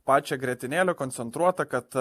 pačią grietinėlę koncentruotą kad